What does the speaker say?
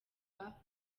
amanota